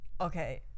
okay